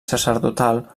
sacerdotal